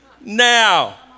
now